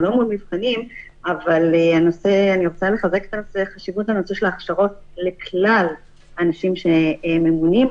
אבל אני רוצה לחזק את חשיבות הנושא של ההכשרות לכלל האנשים הממונים,